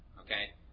Okay